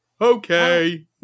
Okay